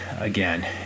again